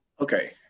okay